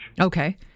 Okay